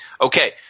Okay